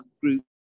groups